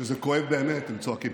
כשזה כואב באמת, הם צועקים.